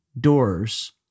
doors